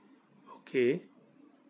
okay